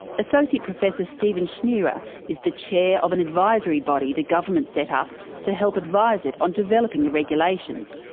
associate professor stephan schnierer is the chair of an advisory body the government set up to help advise it on developing the regulations,